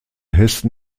hessen